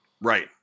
Right